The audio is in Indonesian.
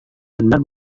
benar